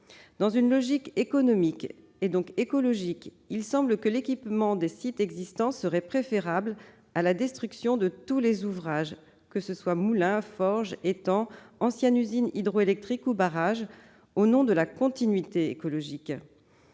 Dans une logique économique et écologique, il semble que l'équipement des sites existants serait préférable à la destruction de tous les ouvrages- moulins, forges, étangs, anciennes usines hydroélectriques ou barrages -au nom de la continuité écologique.